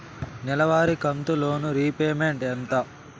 నెలవారి కంతు loan repayment ఎంత?